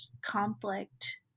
conflict